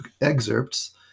excerpts